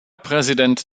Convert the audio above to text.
präsident